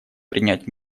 принять